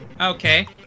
Okay